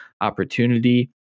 opportunity